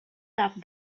doubt